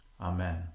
Amen